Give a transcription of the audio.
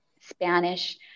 Spanish